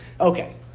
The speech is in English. Okay